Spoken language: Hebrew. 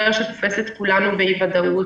תופס את כולנו באי-ודאות.